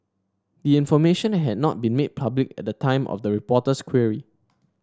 the information had not been made public at the time of the reporter's query